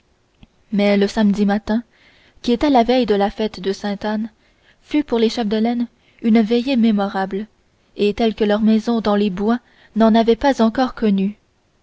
mais le samedi soir qui était la veille de la fête de sainte anne fut pour les chapdelaine une veillée mémorable et telle que leur maison dans les bois n'en avait pas encore connue